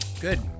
Good